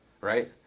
right